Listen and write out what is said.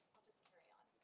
just carry on.